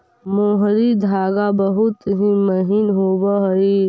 मोहरी धागा बहुत ही महीन होवऽ हई